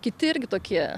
kiti irgi tokie